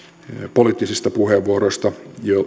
poliittisista puheenvuoroista